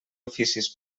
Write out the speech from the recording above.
oficis